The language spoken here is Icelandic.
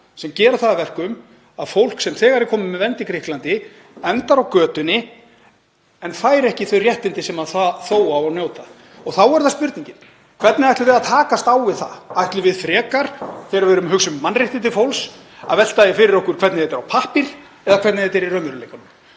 sem gera það að verkum að fólk sem þegar er komið með vernd í Grikklandi endar á götunni en fær ekki þau réttindi sem það þó á að njóta. Þá er spurningin: Hvernig ætlum við að takast á við það? Ætlum við frekar, þegar við erum að hugsa um mannréttindi fólks, að velta því fyrir okkur hvernig þetta er á pappír eða hvernig þetta er í raunveruleikanum?